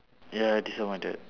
ya disappointed